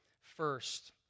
first